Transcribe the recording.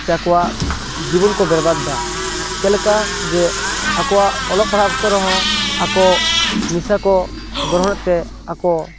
ᱥᱮ ᱟᱠᱚᱣᱟᱜ ᱡᱤᱵᱚᱱ ᱠᱚ ᱵᱮᱨᱵᱟᱫᱽ ᱮᱫᱟ ᱪᱮᱫ ᱞᱮᱠᱟ ᱡᱮ ᱟᱠᱚᱣᱟᱜ ᱚᱞᱚᱜ ᱯᱟᱲᱦᱟᱣ ᱠᱟᱛᱮᱫ ᱨᱮᱦᱚᱸ ᱟᱠᱚ ᱱᱤᱥᱟᱹ ᱠᱚ ᱜᱨᱚᱦᱚᱱᱮᱫ ᱛᱮ ᱟᱠᱚ